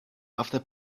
after